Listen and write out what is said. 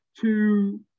Two